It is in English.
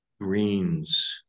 greens